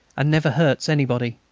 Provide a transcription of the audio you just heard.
and never hurts anybody.